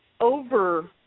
over